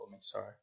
Sorry